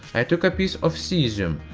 i took a piece of cesium,